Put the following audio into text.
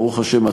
ברוך השם,